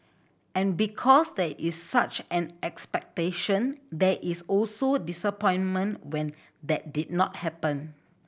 and because there is such an expectation there is also disappointment when that did not happen